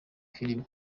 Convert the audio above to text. filime